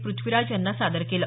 प्रथ्वीराज यांना सादर केलं